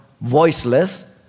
voiceless